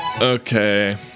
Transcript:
Okay